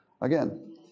Again